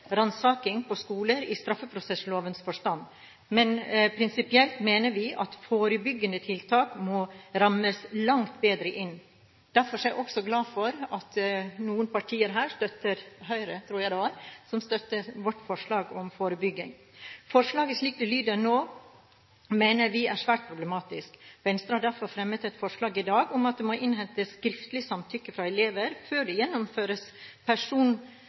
på skoler i straffeprosesslovens forstand. Prinsipielt mener vi at forebyggende tiltak må rammes langt bedre inn. Derfor er jeg også glad for at noen partier her – Høyre tror jeg i alle fall – støtter vårt forslag om forebygging. Forslaget, slik det lyder nå, mener vi er svært problematisk. Venstre har derfor lagt fram et forslag i dag om at det må innhentes skriftlig samtykke fra elever før det gjennomføres